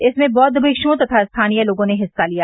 इसमें बौद्व मिक्ष्ओं तथा स्थानीय लोगों ने हिस्सा लिया